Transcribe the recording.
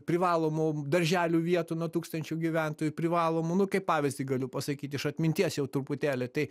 privalomu darželių vietų nuo tūkstančio gyventojų privalomu nu kaip pavyzdį galiu pasakyti iš atminties jau truputėlį tai